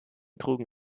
trugen